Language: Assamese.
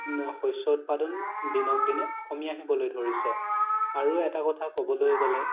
শস্য উৎপাদন দিনক দিনে কমি আহিবলৈ ধৰিছে আৰু এটা কথা ক'বলৈ গ'লে